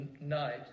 night